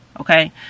Okay